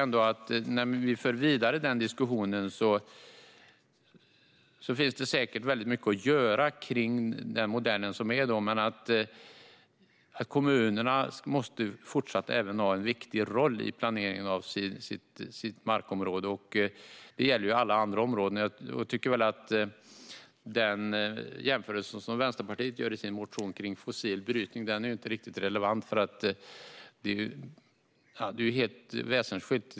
Men när vi för denna diskussion finns det säkert väldigt mycket att göra i fråga om den modell som finns. Men kommunerna måste fortsatt även ha en viktig roll i planeringen av sina markområden. Det gäller alla andra områden. Jag tycker att den jämförelse som Vänsterpartiet gör i sin motion om fossil brytning inte är riktigt relevant. Den är helt väsensskild.